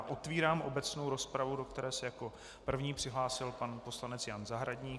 Otevírám obecnou rozpravu, do které se jako první přihlásil pan poslanec Jan Zahradník.